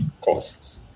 costs